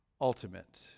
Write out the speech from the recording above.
ultimate